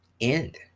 end